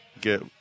Get